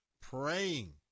praying